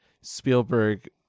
Spielberg